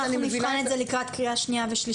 אז אנחנו נבחן את זה לקראת קריאה שנייה ושלישית.